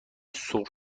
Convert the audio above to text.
سرخ